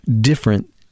different